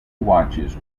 watches